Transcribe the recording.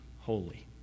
holy